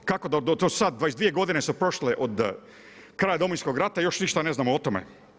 Kako to da sad 22 godine su prošle od kraja Domovinskog rata, još ništa ne znamo o tome?